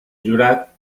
jurat